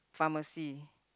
pharmacy